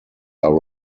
are